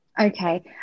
Okay